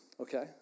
Okay